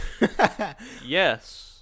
yes